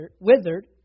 withered